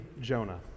Jonah